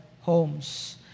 homes